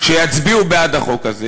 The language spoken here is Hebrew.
שיצביעו בעד החוק הזה